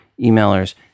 emailers